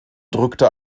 drückte